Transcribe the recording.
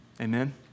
Amen